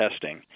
testing